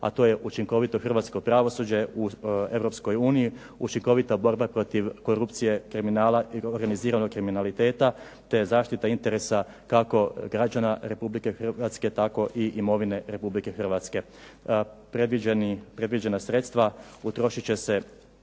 a to je učinkovito hrvatsko pravosuđe u Europskoj uniji, učinkovita borba protiv korupcije, kriminala i organiziranog kriminaliteta, te zaštita interesa kako građana Republike Hrvatske tako i imovine Republike Hrvatske. Predviđena sredstva utrošit će se